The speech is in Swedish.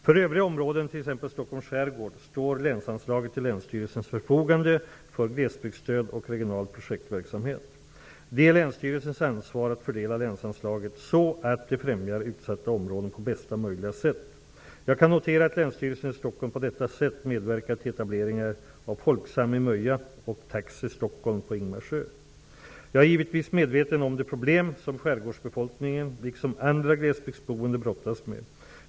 För övriga områden, t.ex. Stockholms skärgård, står länsanslaget till länsstyrelsens förfogande för glesbygdsstöd och regional projektverksamhet. Det är länsstyrelsens ansvar att fördela länsanslaget så, att det främjar utsatta områden på bästa möjliga sätt. Jag kan notera att Länsstyrelsen i Stockholm på detta sätt medverkat till etableringar av Folksam på Möja och Taxi Stockholm på Ingmarsö. Jag är givetvis medveten om de problem som skärgårdsbefolkningen, liksom andra glesbygdsboende, brottas med.